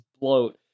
bloat